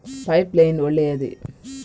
Pipe line ಒಳ್ಳೆಯದೇ?